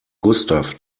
gustav